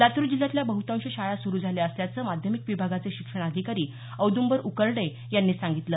लातूर जिल्ह्यातल्या बहुतांश शाळा सुरू झाल्या असल्याचं माध्यमिक विभागाचे शिक्षणाधिकारी औदुंबर उकरंडे यांनी सांगितलं